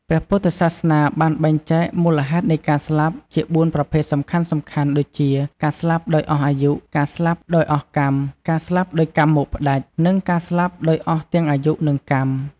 ព្រះពុទ្ធសាសនាបានបែងចែកមូលហេតុនៃការស្លាប់ជាបួនប្រភេទសំខាន់ៗ ដូចជា ការស្លាប់ដោយអស់អាយុ ការស្លាប់ដោយអស់កម្ម ការស្លាប់ដោយកម្មមកផ្ដាច់ និង ការស្លាប់ដោយអស់ទាំងអាយុ និងកម្ម។